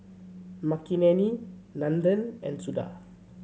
Makineni Nandan and Suda